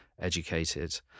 educated